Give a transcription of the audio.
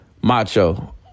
Macho